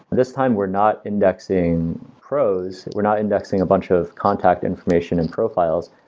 this time, we are not indexing pros. we are not indexing a bunch of contact information and profiles.